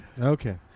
Okay